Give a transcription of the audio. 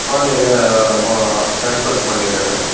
ஆன்லைனில் மா டிரான்ஸ்ஃபர்ஸு பண்ணிடுறேங்க